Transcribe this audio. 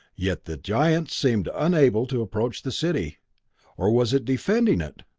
yet the giant seemed unable to approach the city or was it defending it?